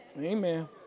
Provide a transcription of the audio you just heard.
Amen